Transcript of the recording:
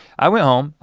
i went home,